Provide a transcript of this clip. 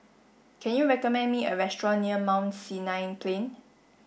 can you recommend me a restaurant near Mount Sinai Plain